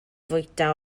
fwyta